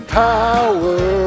power